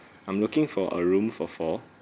I'm looking for a room for four